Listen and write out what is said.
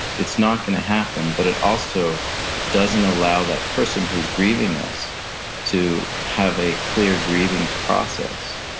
it's not going to happen. but it also doesn't allow that person who's grieving us to have a clear grieving process.